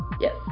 yes